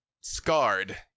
scarred